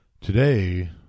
Today